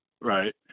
right